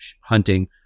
hunting